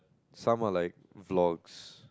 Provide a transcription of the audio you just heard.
somewhat like vlogs